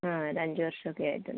ആ ഒരഞ്ച് വർഷമൊക്കെയായിട്ടുണ്ട്